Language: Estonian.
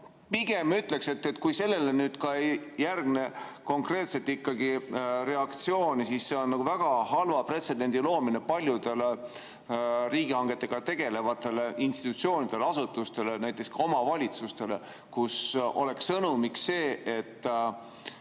pigem ütleksin, et kui sellele ei järgne konkreetset reaktsiooni, siis see on väga halva pretsedendi loomine paljudele riigihangetega tegelevatele institutsioonidele, asutustele, näiteks ka omavalitsustele, kus sõnum oleks see, et